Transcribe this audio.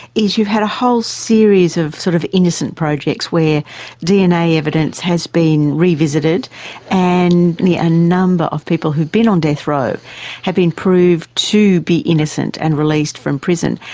is you've had a whole series of sort of innocent projects where dna evidence has been revisited and a number of people who'd been on death row have been proved to be innocent and released from prison,